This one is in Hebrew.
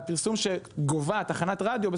והפרסום שגובה תחנת רדיו,